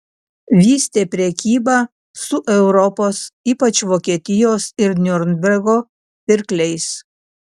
vystė prekybą su europos ypač vokietijos ir niurnbergo pirkliais